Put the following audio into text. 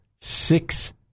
six